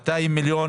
200 מיליון.